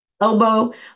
elbow